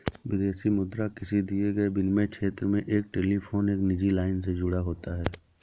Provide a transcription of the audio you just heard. विदेशी मुद्रा किसी दिए गए विनिमय क्षेत्र में एक टेलीफोन एक निजी लाइन से जुड़ा होता है